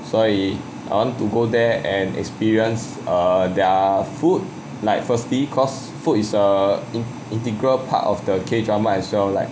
所以 I want to go there and experience err their food like firstly cause food is a in~ integral part of the K drama as well like